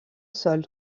sol